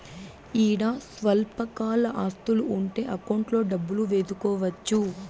ఈడ స్వల్పకాల ఆస్తులు ఉంటే అకౌంట్లో డబ్బులు వేసుకోవచ్చు